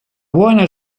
buona